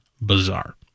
bizarre